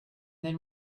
then